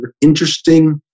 interesting